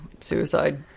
suicide